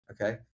Okay